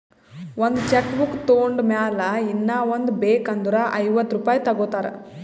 ಒಂದ್ cheque book ತೊಂಡ್ ಮ್ಯಾಲ ಇನ್ನಾ ಒಂದ್ ಬೇಕ್ ಅಂದುರ್ ಐವತ್ತ ರುಪಾಯಿ ತಗೋತಾರ್